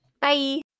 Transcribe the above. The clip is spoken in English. Bye